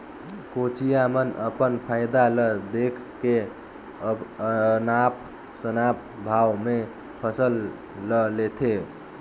कोचिया मन अपन फायदा ल देख के अनाप शनाप भाव में फसल ल लेथे